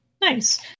Nice